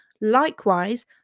Likewise